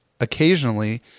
occasionally